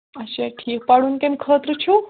اچھا ٹھیٖک پرُن کَمہِ خٲطرٕ چھُو